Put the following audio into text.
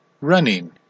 running